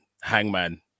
Hangman